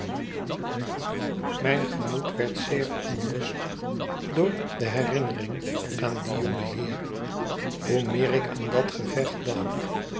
mijn gemoed werd zeer ontrust door de herinnering aan dien jongen heer hoe meer ik aan dat gevecht dacht